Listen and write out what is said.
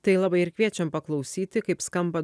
tai labai ir kviečiam paklausyti kaip skamba